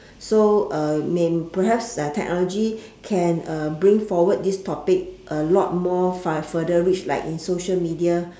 so may perhaps that technology can bring forward this topic a lot more far further reach like in social media